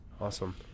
awesome